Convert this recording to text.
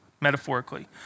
metaphorically